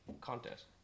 contest